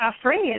afraid